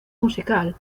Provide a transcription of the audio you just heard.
musical